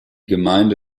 gemeinde